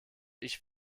ich